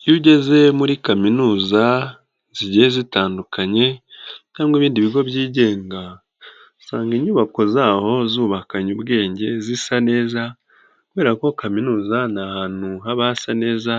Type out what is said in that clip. Iyo ugeze muri kaminuza, zigiye zitandukanye cyangwa ibindi bigo byigenga, usanga inyubako zaho zubakanye ubwenge, zisa neza kubera ko kaminuza ni ahantu haba hasa neza,